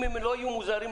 אם הם לא היו מוזרים,